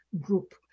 group